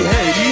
Hey